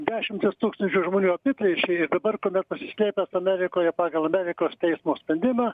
dešimtis tūkstančių žmonių apiplėšė ir dabar kuomet pasislėpęs amerikoje pagal amerikos teismo sprendimą